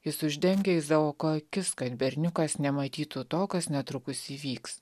jis uždengia izaoko akis kad berniukas nematytų to kas netrukus įvyks